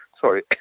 Sorry